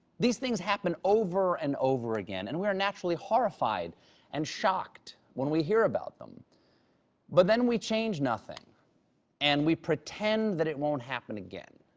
these things happen over and over again, and we are naturally horrified and shocked when we hear about them but then we change nothing and pretend that it won't happen again.